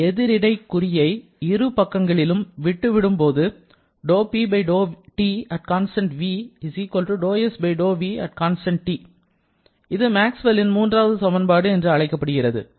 இந்த எதிரிடை குறியை இரு பக்கங்களிலும் விட்டு விடும் போது இது மேக்ஸ்வெல் மூன்றாவது சமன்பாடு என்று அழைக்கப்படுகிறது